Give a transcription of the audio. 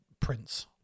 Prince